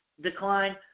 decline